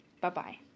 Bye-bye